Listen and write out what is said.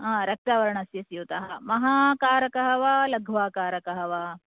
रक्तवर्णस्य स्यूतः महाकारकः वा लघ्वाकारकः वा